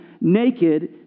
naked